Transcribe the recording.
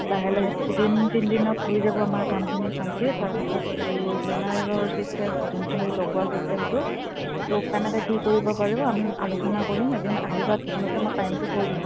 লাহে লাহে দুদিন তিনদিনত হৈ যাব আমাৰ কামখিনি কমপ্লিট তাৰপিছত এই বেনাৰৰ ছিষ্টেম যোনটো লগোৱা ছিষ্টেমটো তো কেনেকে কি কৰিব পাৰিব আমি আলোচনা কৰিম এদিন আহিবা তোমালোকে মই টাইমটো কৈ দিম